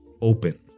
open